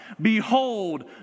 Behold